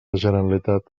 generalitat